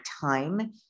time